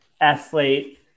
athlete